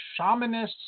shamanists